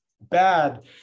bad